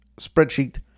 spreadsheet